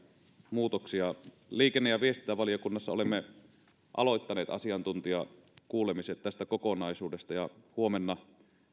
muutoksia liikenne ja viestintävaliokunnassa olemme aloittaneet asiantuntijakuulemiset tästä kokonaisuudesta ja huomenna